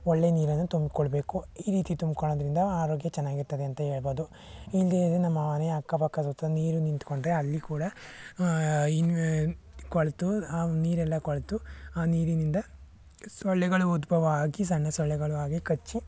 ಒಳ್ಳೆ ನೀರನ್ನು ತುಂಬಿಕೊಳ್ಬೇಕು ಈ ರೀತಿ ತುಂಬಿಕೊಳ್ಳೋದರಿಂದ ಆರೋಗ್ಯ ಚೆನ್ನಾಗಿರ್ತದೆ ಅಂತ ಹೇಳ್ಬೋದು ಇಲ್ಲಿ ನಮ್ಮ ಮನೆಯ ಅಕ್ಕ ಪಕ್ಕ ಸುತ್ತ ನೀರು ನಿಂತ್ಕೊಂಡ್ರೆ ಅಲ್ಲಿ ಕೂಡ ಕೊಳೆತು ನೀರೆಲ್ಲ ಕೊಳೆತು ಆ ನೀರಿನಿಂದ ಸೊಳ್ಳೆಗಳು ಉದ್ಭವ ಆಗಿ ಸಣ್ಣ ಸೊಳ್ಳೆಗಳು ಆಗಿ ಕಚ್ಚಿ